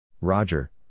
Roger